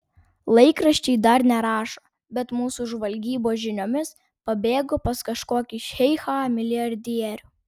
laikraščiai dar nerašo bet mūsų žvalgybos žiniomis pabėgo pas kažkokį šeichą milijardierių